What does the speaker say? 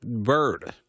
bird